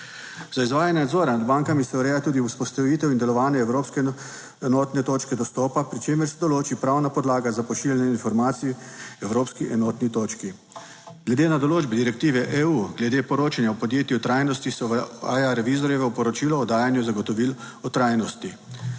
Za izvajanje nadzora nad bankami se ureja tudi vzpostavitev in delovanje evropske enotne točke dostopa, pri čemer se določi pravna podlaga za pošiljanje informacij evropski enotni točki. Glede na določbe direktive EU glede poročanja o podjetju trajnosti se uvaja revizorjevo poročilo o dajanju zagotovil o trajnosti.